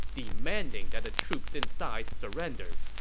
demanding that the troops inside surrender.